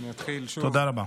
תודה רבה.